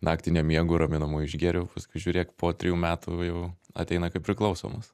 naktį nemiegu raminamųjų išgėriau paskui žiūrėk po trijų metų jau ateina kaip priklausomas